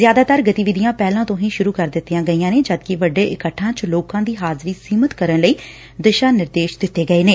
ਸ਼ਿਆਦਾਤਰ ਗਤੀਵਿਧੀਆਂ ਪਹਿਲਾਂ ਤੋਂ ਹੀ ਸੁਰੂ ਕਰ ਦਿੱਤੀਆਂ ਗਈਆਂ ਨੇ ਜਦਕਿ ਵੱਡੇ ਇਕੱਠਾਂ ਚ ਲੋਕਾਂ ਦੀ ਹਾਜ਼ਰੀ ਸੀਮਤ ਕਰਨ ਲਈ ਦਿਸ਼ਾ ਨਿਰਦੇਸ਼ ਦਿੱਤੇ ਗਏ ਨੇ